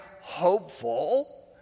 hopeful